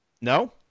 no